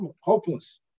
hopeless